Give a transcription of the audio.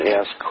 ask